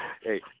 Hey